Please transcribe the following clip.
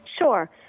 Sure